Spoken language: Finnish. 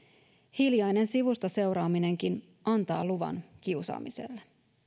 hiljainen sivusta seuraaminenkin antaa luvan kiusaamiselle